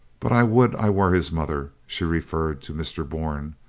but i would i were his mother. she referred to mr. bourne.